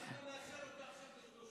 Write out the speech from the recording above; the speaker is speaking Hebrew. אתה מאשר עכשיו אותה ל-30,